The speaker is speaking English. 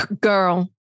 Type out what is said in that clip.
Girl